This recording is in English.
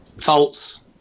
False